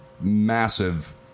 massive